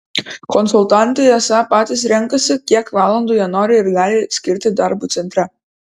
konsultantai esą patys renkasi kiek valandų jie nori ir gali skirti darbui centre